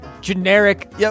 generic